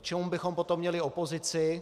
K čemu bychom potom měli opozici?